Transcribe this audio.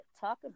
Talk